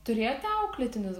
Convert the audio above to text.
turėjot auklėtinius